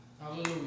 Hallelujah